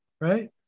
right